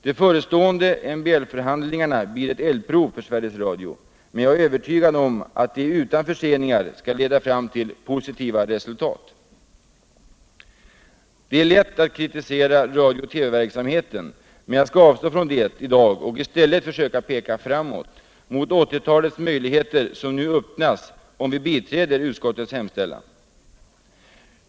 De förestående MBL-förhandlingarna blir ett eldprov för Sveriges Radio. Men jag är övertygad om att de utan förseningar skall leda fram till positiva resultat. Det är lätt att kritisera radio och TV-verksamheten, men jag skall avstå från detta i dag och i stället försöka peka framåt — mot 1980-talets möjligheter, som nu Öppnas om vi biträder utskottets hemställan.